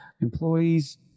employees